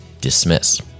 dismiss